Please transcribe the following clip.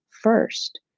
first